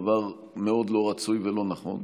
דבר מאוד לא רצוי ולא נכון,